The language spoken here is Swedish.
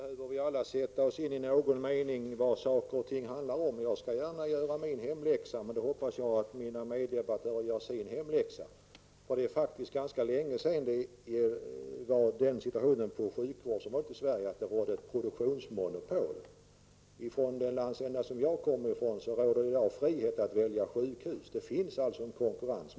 Herr talman! Visst behöver vi alla i någon mån sätta oss in i vad saker och ting handlar om. Jag gör gärna min hemläxa. Men då hoppas jag att också mina meddebattörer gör sin hemläxa. Det är faktiskt ganska länge sedan vi i Sverige hade ett produktionsmonopol på sjukvårdsområdet. Där jag bor råder det i dag frihet när det gäller att välja sjukhus. Det finns alltså en konkurrens.